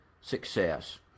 success